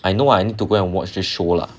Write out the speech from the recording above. I know I need to go and watch this show lah